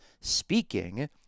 speaking